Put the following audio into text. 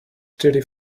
dirty